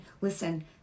Listen